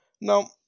now